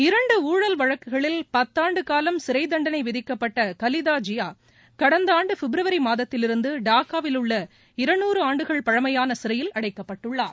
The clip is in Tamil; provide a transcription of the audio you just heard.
இரண்டு ஊழல் வழக்குகளில் பத்தாண்டு காலம் சிறை தண்டளை விதிக்கப்பட்ட கலிதா ஜியா கடந்த ஆண்டு பிப்ரவரி மாதத்திலிருந்து டாக்காவிலுள்ள இருநூறு ஆண்டுகள் பழமையான சிறையில அடைக்கப்பட்டுள்ளார்